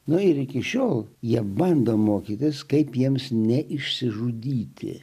nu ir iki šiol jie bando mokytis kaip jiems ne išsižudyti